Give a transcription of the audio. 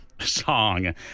song